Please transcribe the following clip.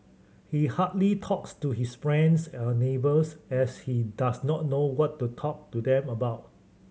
he hardly talks to his friends or neighbours as he does not know what to talk to them about